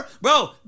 bro